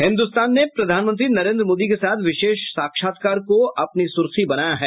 हिन्दुस्तान ने प्रधानमंत्री नरेंद्र मोदी के साथ विशेष साक्षात्कार को अपनी सुर्खी बनाया है